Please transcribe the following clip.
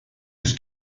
yüz